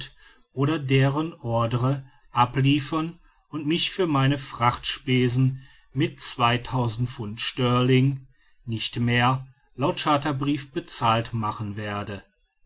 oder deren ordre abliefern und mich für meine frachtspesen mit pfd sterl nicht mehr laut charterbrief bezahlt machen werde